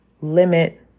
limit